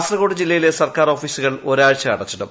കാസർകോട് ജില്ലയിലെ സർക്കാർ ഓഫീസുകൾ ഒരാഴ്ച അടച്ചിടും